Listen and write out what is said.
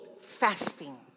fasting